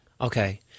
Okay